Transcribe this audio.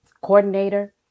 coordinator